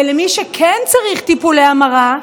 ולמי, שכן צריך טיפולי המרה,